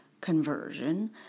conversion